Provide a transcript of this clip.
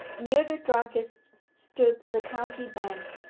near the druggist's stood the county bank.